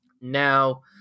Now